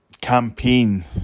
campaign